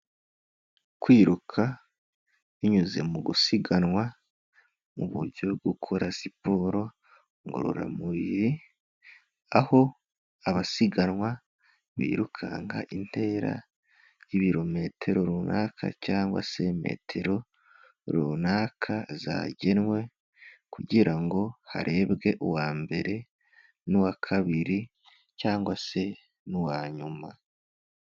Kwiruka binyuze mu gusiganwa mu buryo bwo gukora siporo ngororamubiri, aho abasiganwa birukanka intera y'ibirometero runaka cyangwa se metero runaka zagenwe kugira ngo harebwe uwa mbere n'uwakabiri cyangwa se n'uwanyuma.